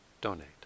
donate